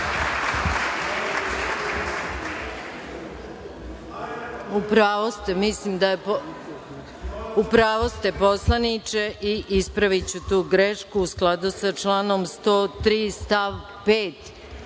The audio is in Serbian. U pravu ste, poslaniče, i ispraviću tu grešku.U skladu sa članom 103.